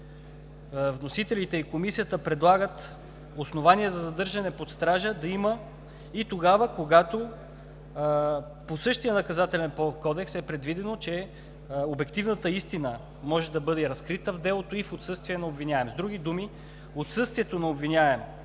Вносителите и Комисията предлагат основание за „задържане под стража“ да има и тогава, когато по същия Наказателен кодекс е предвидено, че обективната истина може да бъде разкрита в делото и в отсъствие на обвиняем. С други думи отсъствието на обвиняем